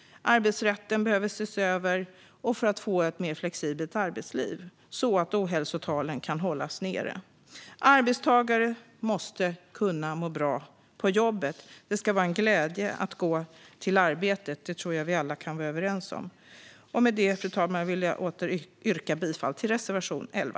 Arbetsrätten behöver ses över för att få ett mer flexibelt arbetsliv, så att ohälsotalen kan hållas nere. Arbetstagare måste kunna må bra på jobbet. Det ska vara en glädje att gå till arbetet. Det tror jag att vi alla kan vara överens om. Med detta, fru talman, vill jag åter yrka bifall till reservation 11.